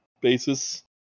basis